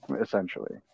essentially